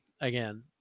again